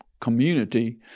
community